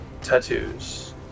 tattoos